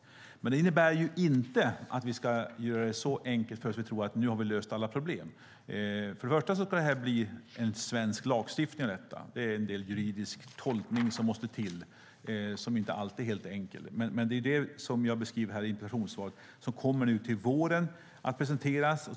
Men det innebär inte att vi ska göra det enkelt för oss och tro att vi nu har löst alla problem. Först och främst ska det bli en svensk lagstiftning av detta. Det är en juridisk tolkning som måste till och som inte alltid är helt enkel. Men det är det, som jag beskriver här i interpellationssvaret, som kommer att presenteras nu till våren.